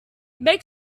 make